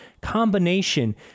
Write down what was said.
combination